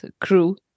crew